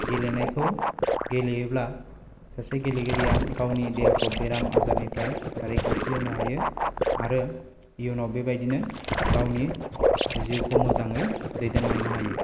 गेलेनायखौ गेलेयोब्ला सासे गेलेगिरिया गावनि देहाखौ बेराम आजारनिफ्राय रैखाथि होनो हायो आरो इयुनाव बेबायदिनो गावनि जिउखौ मोजाङै दैदेनलांनो हायो